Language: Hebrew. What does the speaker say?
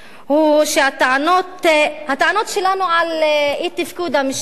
הוא שהטענות שלנו על אי-תפקוד המשטרה,